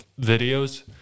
videos